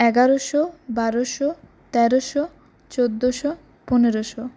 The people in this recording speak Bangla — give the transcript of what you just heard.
এগারোশো বারোশো তেরোশো চৌদ্দোশো পনেরোশো